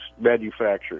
manufactured